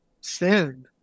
sin